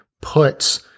puts